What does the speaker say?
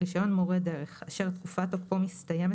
רישיון מורה דרך אשר תקופת תוקפו מסתיימת